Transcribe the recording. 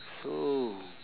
so